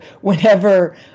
whenever